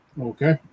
okay